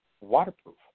waterproof